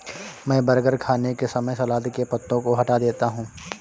मैं बर्गर खाने के समय सलाद के पत्तों को हटा देता हूं